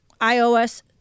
iOS